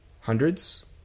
hundreds